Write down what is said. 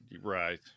Right